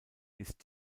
ist